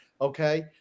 Okay